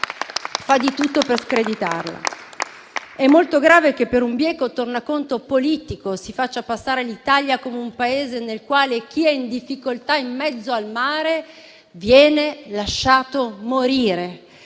fa di tutto per screditarla. È molto grave che, per un bieco tornaconto politico, si faccia passare l'Italia come un Paese nel quale chi è in difficoltà in mezzo al mare viene lasciato morire.